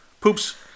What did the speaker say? Poops